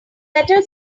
better